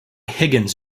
higgins